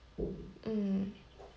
mm